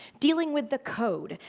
dealing with the code,